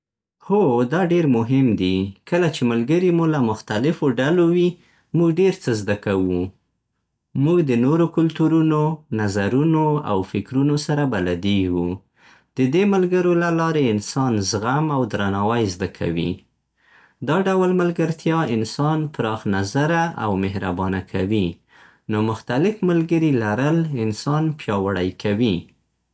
هو، دا ډېر مهم دي. کله چې ملګري مو له مختلفو ډلو وي، موږ ډېر څه زده کوو. موږ د نورو کلتورونو، نظرونو، او فکرونو سره بلدېږو. د دې ملګرو له لارې انسان زغم او درناوی زده کوي. دا ډول ملګرتیا انسان پراخ‌نظره او مهربانه کوي. نو مختلف ملګري لرل انسان پياوړی کوي.